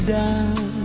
down